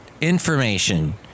information